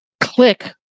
click